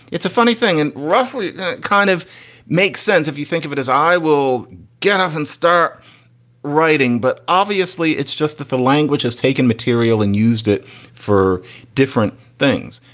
it's a funny thing and roughly it kind of makes sense if you think of it as i will get off and start writing. but obviously it's just that the language has taken material and used it for different things.